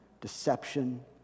deception